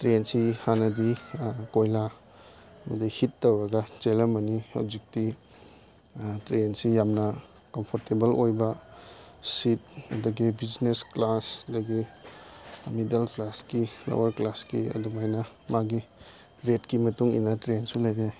ꯇ꯭ꯔꯦꯟꯁꯤ ꯍꯥꯟꯅꯗꯤ ꯀꯣꯏꯂꯥꯅ ꯍꯤꯠ ꯇꯧꯔꯒ ꯆꯦꯜꯂꯝꯕꯅꯤ ꯍꯧꯖꯤꯛꯇꯤ ꯇ꯭ꯔꯦꯟꯁꯤ ꯌꯥꯝꯅ ꯀꯝꯐꯣꯔꯇꯦꯕꯜ ꯑꯣꯏꯕ ꯁꯤꯠ ꯑꯗꯒꯤ ꯕꯤꯖꯤꯅꯦꯁ ꯀ꯭ꯂꯥꯁ ꯑꯗꯒꯤ ꯃꯤꯗꯜ ꯀ꯭ꯂꯥꯁꯀꯤ ꯂꯋꯥꯔ ꯀ꯭ꯂꯥꯁꯀꯤ ꯑꯗꯨꯃꯥꯏꯅ ꯃꯥꯒꯤ ꯋꯦꯠꯀꯤ ꯃꯇꯨꯡ ꯏꯟꯅ ꯇ꯭ꯔꯦꯟꯁꯨ ꯂꯩꯔꯦ